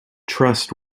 trust